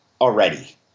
already